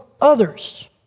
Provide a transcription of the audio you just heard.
others